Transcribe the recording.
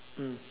mm